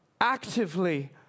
actively